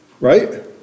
Right